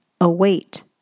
Await